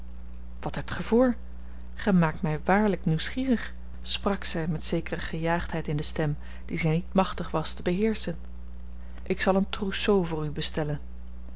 wat hebt gij voor gij maakt mij waarlijk nieuwsgierig sprak zij met zekere gejaagdheid in de stem die zij niet machtig was te beheerschen ik zal een trousseau voor u bestellen